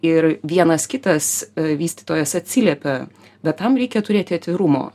ir vienas kitas vystytojas atsiliepia bet tam reikia turėti atvirumo